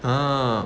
ah